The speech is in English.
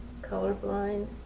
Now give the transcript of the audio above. colorblind